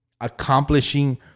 accomplishing